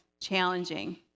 challenging